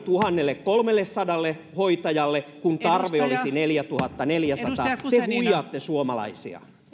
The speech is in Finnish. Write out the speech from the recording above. tuhannellekolmellesadalle hoitajalle kun tarve olisi neljätuhattaneljäsataa te huijaatte suomalaisia